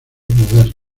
modernas